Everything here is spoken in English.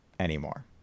anymore